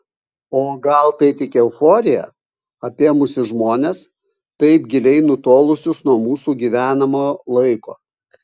o gal tai tik euforija apėmusi žmones taip giliai nutolusius nuo mūsų gyvenamo laiko